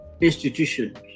institutions